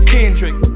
Kendrick